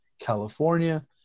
California